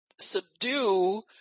subdue